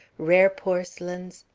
rare porcelains,